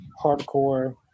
hardcore